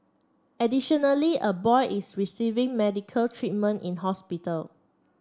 additionally a boy is receiving medical treatment in hospital